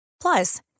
Plus